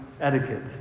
etiquette